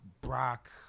Brock